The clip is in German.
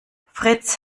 fritz